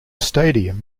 stadium